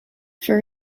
for